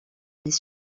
mais